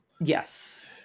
Yes